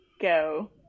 go